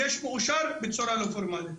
ויש מאושר בצורה לא פורמלית.